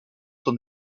sont